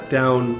down